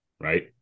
right